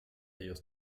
ellos